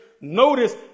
Notice